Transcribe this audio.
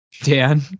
Dan